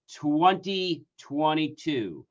2022